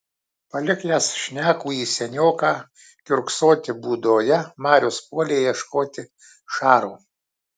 palikęs šnekųjį senioką kiurksoti būdoje marius puolė ieškoti šaro